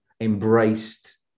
embraced